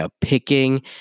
picking